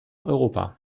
europa